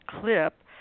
clip